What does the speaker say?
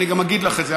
אני גם אגיד לך את זה,